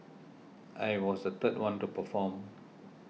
I was the third one to perform